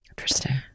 Interesting